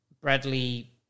Bradley